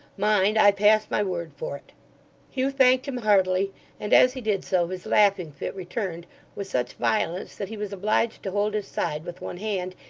mind. i pass my word for it hugh thanked him heartily and as he did so, his laughing fit returned with such violence that he was obliged to hold his side with one hand,